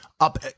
up